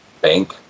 bank